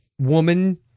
Woman